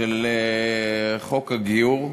חוק הגיור,